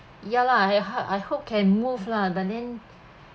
ya lah I I hope can move lah but then